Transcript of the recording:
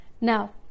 now